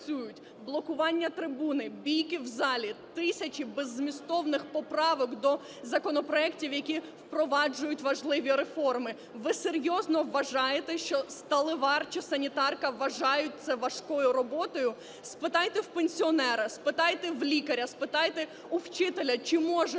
Блокування трибуни, бійки в залі, тисячі беззмістовних поправок до законопроектів, які впроваджують важливі реформи. Ви серйозно вважаєте, що сталевар чи санітарка вважають це важкою роботою? Спитайте у пенсіонера, спитайте у лікаря, спитайте у вчителя, чи може Україна